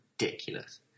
ridiculous